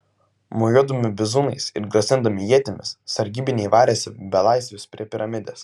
mojuodami bizūnais ir grasindami ietimis sargybiniai varėsi belaisvius prie piramidės